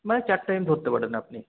মানে চার টাইম ধরতে পারেন আপনি